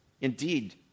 Indeed